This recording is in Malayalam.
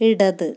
ഇടത്